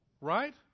right